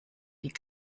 die